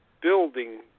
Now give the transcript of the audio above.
building